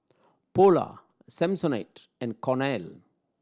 Polar Samsonite and Cornell